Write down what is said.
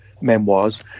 memoirs